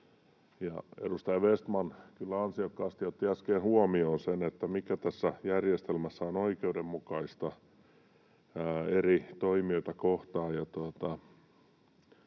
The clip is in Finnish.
ansiokkaasti otti äsken huomioon sen, mikä tässä järjestelmässä olisi oikeudenmukaista eri toimijoita kohtaan.